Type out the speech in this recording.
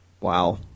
Wow